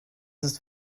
ist